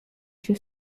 się